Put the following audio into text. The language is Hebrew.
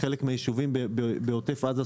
חלק מהישובים הם בעוטף עזה,